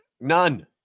none